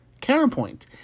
counterpoint